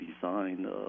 Design